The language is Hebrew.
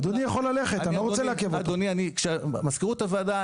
אחרי זה, מה לפני זה?